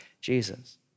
Jesus